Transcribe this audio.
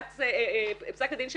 פסק הדין,